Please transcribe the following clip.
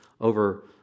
over